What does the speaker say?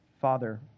Father